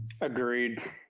Agreed